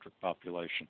population